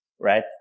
Right